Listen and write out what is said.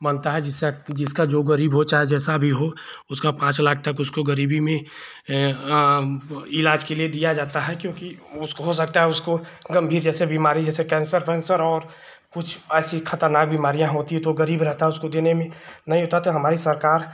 बनता है जिसा जिसका जो गरीब हो चाहे जैसा भी हो उसका पाँच लाख तक उसको गरीबी में इलाज़ के लिए दिया जाता है क्योंकि उसको हो सकता है उसको गम्भीर जैसे बीमारी जैसे कैन्सर फेन्सर और कुछ ऐसी खतरनाक बीमारियाँ होती हैं तो गरीब रहता है उसको देने में नहीं होता है तो हमारी सरकार